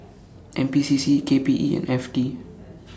N P C C K P E and F T